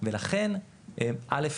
ולכן א',